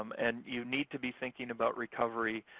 um and you need to be thinking about recovery,